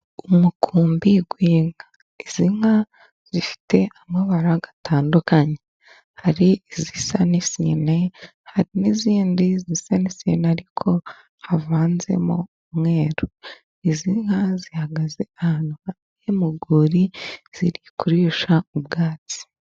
Umukumbi w' inka. Izi nka zifite amabara atandukanye. Hari izisa n'isine, hari n'izindi zisa n'isine ariko havanzemo umweru. Izi nka zihagaze ahantu hari mu rwuri, ziri kurisha ubwatsi.